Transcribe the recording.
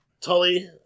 Tully